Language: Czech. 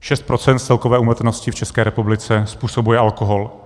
Šest procent z celkové úmrtnosti v České republice způsobuje alkohol.